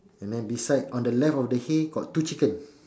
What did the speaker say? and then beside on the left of the hay got two chicken